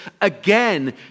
again